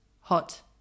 hot